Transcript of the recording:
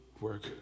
work